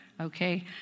okay